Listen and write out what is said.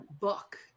book